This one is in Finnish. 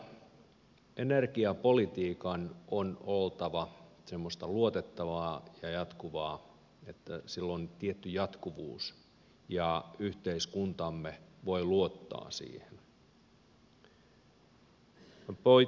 toisaalta energiapolitiikan on oltava sillä tavalla luotettavaa ja jatkuvaa että sillä on tietty jatkuvuus ja yhteiskuntamme voi luottaa siihen